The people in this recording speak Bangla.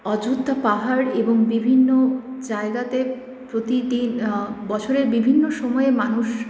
অযোধ্যা পাহাড় এবং বিভিন্ন জায়গাতে প্রতিদিন বছরের বিভিন্ন সময়ে মানুষ